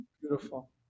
Beautiful